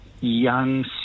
young